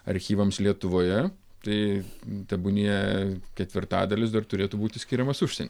archyvams lietuvoje tai tebūnie ketvirtadalis dar turėtų būti skiriamas užsieny